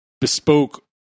bespoke